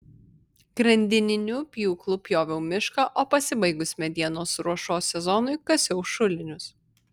grandininiu pjūklu pjoviau mišką o pasibaigus medienos ruošos sezonui kasiau šulinius